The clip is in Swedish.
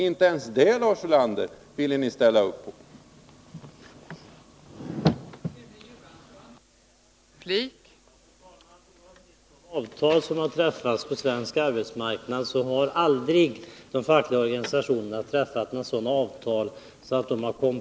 Men inte ens det ville ni ställa upp på, Lars Ulander!